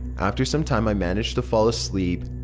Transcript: after some time i managed to fall asleep.